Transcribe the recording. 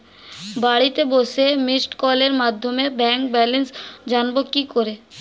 বাড়িতে বসে মিসড্ কলের মাধ্যমে ব্যাংক ব্যালেন্স জানবো কি করে?